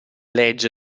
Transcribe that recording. legge